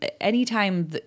Anytime